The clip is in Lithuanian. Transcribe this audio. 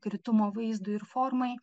kritumo vaizdui ir formai